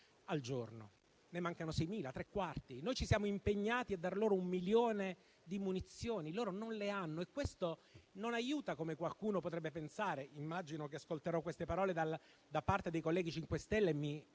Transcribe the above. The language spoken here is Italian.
al giorno: ne mancano 6.000, ovvero tre quarti. Ci siamo impegnati a dar loro un milione di munizioni, perché non le hanno e questo non aiuta - come qualcuno potrebbe pensare, e immagino che ascolterò queste parole da parte dei colleghi del MoVimento